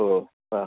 ഓ പറ